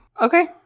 Okay